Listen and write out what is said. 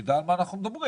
שנדע על מה אנחנו מדברים.